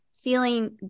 feeling